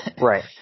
Right